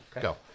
Go